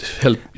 help